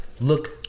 look